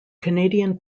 canadian